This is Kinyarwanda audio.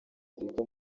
afurika